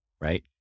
right